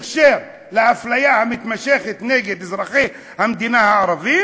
הכשר לאפליה המתמשכת נגד אזרחי המדינה הערבים